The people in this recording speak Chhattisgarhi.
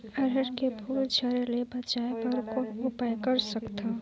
अरहर के फूल झरे ले बचाय बर कौन उपाय कर सकथव?